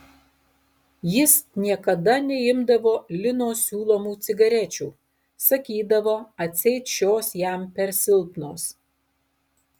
jis niekada neimdavo lino siūlomų cigarečių sakydavo atseit šios jam per silpnos